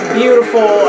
beautiful